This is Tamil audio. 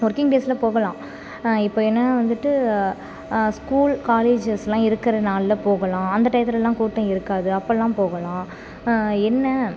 ஒர்க்கிங் டேஸ்ஸில் போகலாம் இப்போ என்னென்னா வந்துட்டு ஸ்கூல் காலேஜஸ்லாம் இருக்கிற நாளில் போகலாம் அந்த டயத்துலலாம் கூட்டம் இருக்காது அப்போல்லாம் போகலாம் என்ன